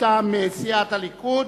מטעם סיעת הליכוד,